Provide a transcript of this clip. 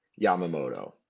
Yamamoto